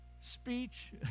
speech